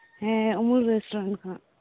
ᱦᱮᱸ ᱩᱢᱩᱞ ᱨᱮᱥᱴᱩᱨᱮᱱᱴ ᱠᱟᱱᱟ